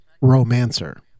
romancer